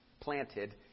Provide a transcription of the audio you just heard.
planted